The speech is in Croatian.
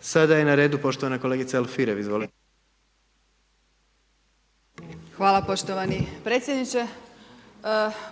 Sada je na redu poštovana kolegica Alfirev, izvolite. **Alfirev, Marija (SDP)** Hvala poštovani predsjedniče,